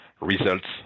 results